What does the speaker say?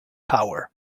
power